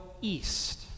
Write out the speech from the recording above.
east